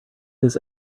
this